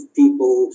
people